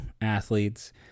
athletes